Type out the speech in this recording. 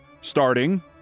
starting